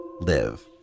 live